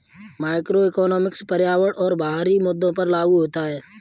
macroeconomics पर्यावरण और बाहरी मुद्दों पर लागू होता है